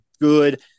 good